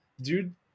dude